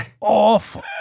Awful